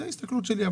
זו ההסתכלות שלי.